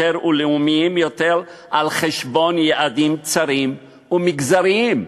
ולאומיים יותר על חשבון יעדים צרים ומגזריים.